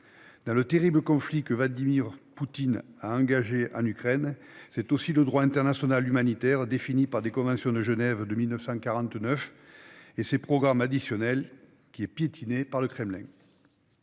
Dans le terrible conflit que Vladimir Poutine a engagé en Ukraine, c'est aussi le droit international humanitaire, défini par les conventions de Genève de 1949 et leurs protocoles additionnels, qui est piétiné par le Kremlin.